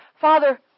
Father